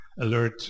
alert